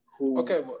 Okay